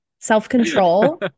Self-control